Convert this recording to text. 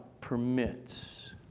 permits